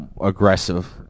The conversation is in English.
aggressive